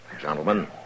Gentlemen